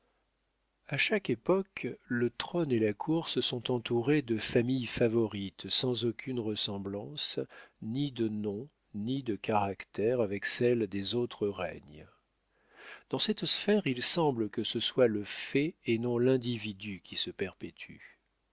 a chaque époque le trône et la cour se sont entourés de familles favorites sans aucune ressemblance ni de nom ni de caractères avec celles des autres règnes dans cette sphère il semble que ce soit le fait et non l'individu qui se perpétue